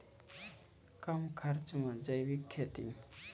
कम खर्च मे जैविक खेती?